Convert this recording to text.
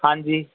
ਹਾਂਜੀ